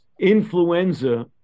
Influenza